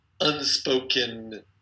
unspoken